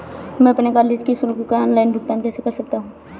मैं अपने कॉलेज की शुल्क का ऑनलाइन भुगतान कैसे कर सकता हूँ?